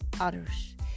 others